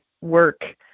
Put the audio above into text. work